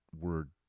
word